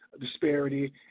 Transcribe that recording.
disparity